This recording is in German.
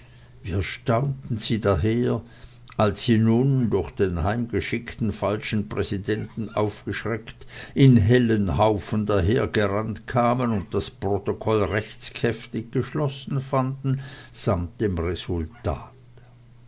wie erstaunten sie daher als sie nun durch den heimgeschickten falschen präsidenten aufgeschreckt in hellen haufen dahergerannt kamen und das protokoll rechtskräftig geschlossen fanden samt dem resultat